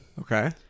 Okay